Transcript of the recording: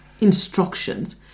instructions